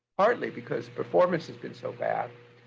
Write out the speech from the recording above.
partly because performance has been so bad.